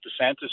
DeSantis